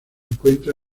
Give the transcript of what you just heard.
encuentra